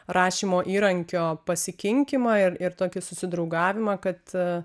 rašymo įrankio pasikinkimą ir ir tokį susidraugavimą kad